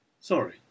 Sorry